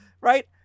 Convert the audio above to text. right